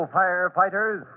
firefighters